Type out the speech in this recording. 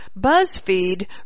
BuzzFeed